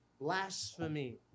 blasphemy